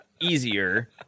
easier